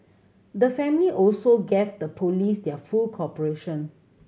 the family also gave the Police their full cooperation